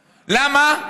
למה?